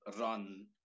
run